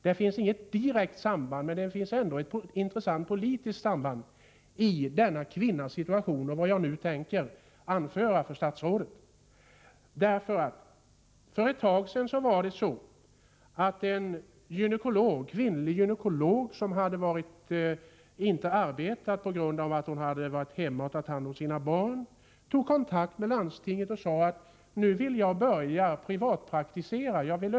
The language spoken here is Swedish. Det finns inget direkt samband mellan denna kvinnas situation och Dagmaröverens kommelsen, men ett intressant politiskt samband. Jag tänker därför nu anföra följande för statsrådet: En kvinnlig gynekolog som under en period inte hade arbetat på grund av att hon hade varit hemma och tagit hand om sina barn kontaktade för ett tag sedan landstinget och sade: Nu vill jag börja privatpraktisera.